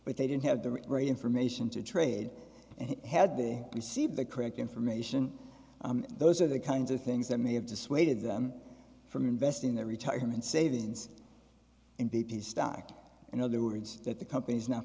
they didn't have the right information to trade and had they received the correct information those are the kinds of things that may have dissuaded them from investing their retirement savings and b p stock in other words that the company is not